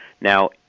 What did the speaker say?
Now